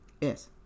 Yes